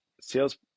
sales